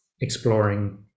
exploring